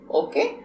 okay